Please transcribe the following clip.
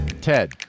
Ted